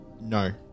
No